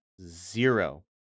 zero